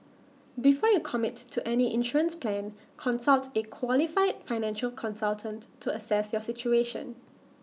before you commit to any insurance plan consult A qualified financial consultant to assess your situation